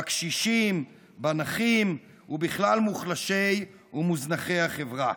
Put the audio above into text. בקשישים, בנכים, ובכלל מוחלשי ומוזנחי החברה.